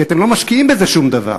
כי אתם לא משקיעים בזה שום דבר,